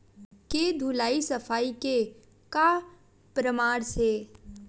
के धुलाई सफाई के का परामर्श हे?